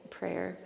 prayer